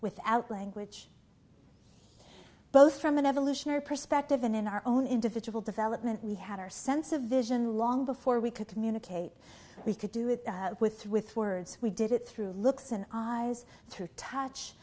without language both from an evolutionary perspective and in our own individual development we had our sense of vision long before we could communicate we could do it with through with words we did it through looks and i